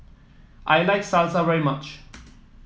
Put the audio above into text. I like Salsa very much